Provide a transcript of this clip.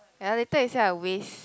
ya later you say I waste